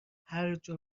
هرجا